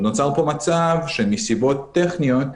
נוצר פה מצב שמסיבות טכניות,